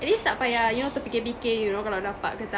at least tak payah you know terfikir fikir you know kalau dapat ke tak